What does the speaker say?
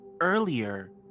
Earlier